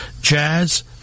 Jazz